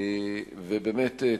באמת,